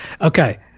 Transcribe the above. Okay